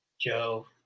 Joe